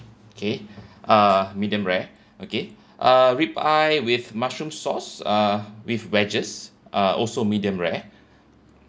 K uh medium rare okay uh ribeye with mushroom sauce uh with wedges uh also medium rare